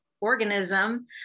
organism